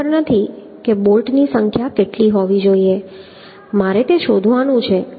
મને ખબર નથી કે બોલ્ટની સંખ્યા કેટલી હોવી જોઈએ મારે શોધવાનું છે